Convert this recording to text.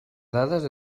dades